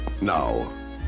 Now